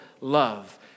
love